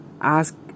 ask